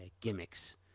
gimmicks